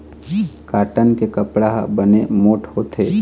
cotton के कपड़ा ह बने मोठ्ठ होथे